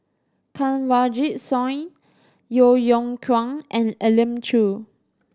Kanwaljit Soin Yeo Yeow Kwang and Elim Chew